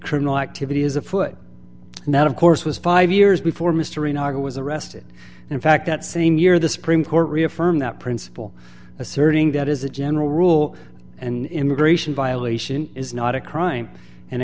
criminal activity is afoot and that of course was five years before mystery novel was arrested and in fact that same year the supreme court reaffirmed that principle asserting that as a general rule an immigration violation is not a crime and